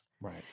Right